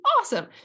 awesome